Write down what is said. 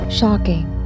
shocking